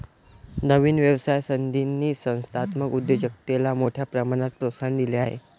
नवीन व्यवसाय संधींनी संस्थात्मक उद्योजकतेला मोठ्या प्रमाणात प्रोत्साहन दिले आहे